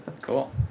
Cool